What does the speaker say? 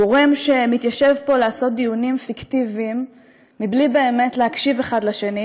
גורם שמתיישב פה לעשות דיונים פיקטיביים בלי באמת להקשיב אחד לשני,